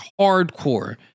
hardcore